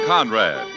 Conrad